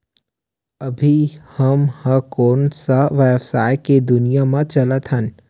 अभी हम ह कोन सा व्यवसाय के दुनिया म चलत हन?